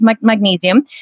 magnesium